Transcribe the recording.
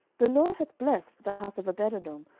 the lord hath blessed the house of obededom,